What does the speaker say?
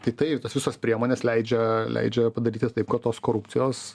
tai taip tos visos priemonės leidžia leidžia padaryt jas taip kad tos korupcijos